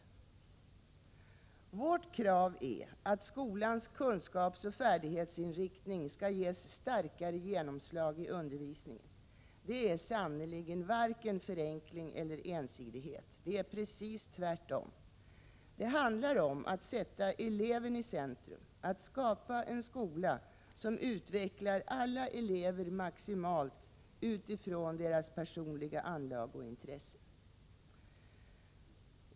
Vårt krav är att skolans kunskapsoch färdighetsinriktning skall ges starkare genomslag i undervisningen. Det är sannerligen varken förenkling eller ensidighet. Det är precis tvärtom. Det handlar om att sätta eleven i centrum, att skapa en skola som utvecklar alla elever maximalt utifrån deras personliga anlag och intressen.